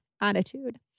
attitude